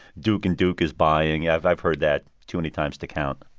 duke and duke is buying. i've i've heard that too many times to count.